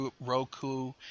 Roku